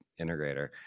integrator